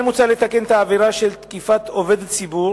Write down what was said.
כן מוצע לתקן את העבירה של תקיפת עובד ציבור